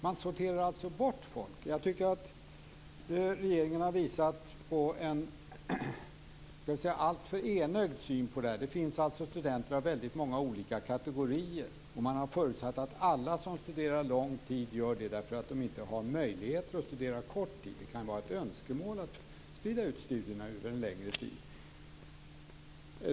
Man sorterar alltså bort folk. Jag tycker att regeringen har haft på en alltför enögd syn på det här. Det finns studenter av väldigt många olika kategorier. Man har förutsatt att alla som studerar lång tid gör det för att de inte har möjlighet att studera kort tid. Det kan ju vara ett önskemål att sprida ut studierna över en längre tid.